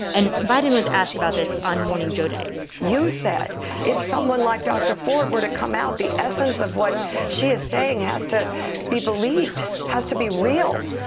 and biden was asked about this on morning joe today you said if someone like dr. ford were to come out, the essence of what she is saying has to be believed, has to be real.